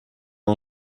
est